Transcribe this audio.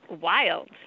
wild